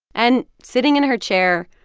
and sitting in her chair,